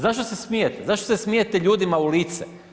Zašto se smijete, zašto se smijete ljudima u lice?